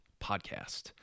podcast